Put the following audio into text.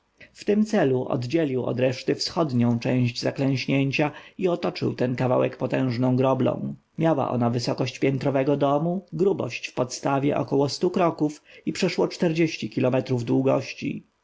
tym celu oddzielił od reszty wschodnią część zaklęśnięcia i otoczył ten kawałek potężną groblą miała ona wysokość piętrowego domu grubości w podstawie około stu kroków i przeszło czterdzieści kilometrów długości